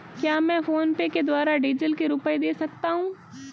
क्या मैं फोनपे के द्वारा डीज़ल के रुपए दे सकता हूं?